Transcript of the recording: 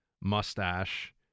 mustache